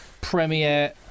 premiere